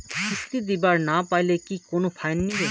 কিস্তি দিবার না পাইলে কি কোনো ফাইন নিবে?